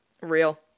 Real